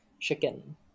chicken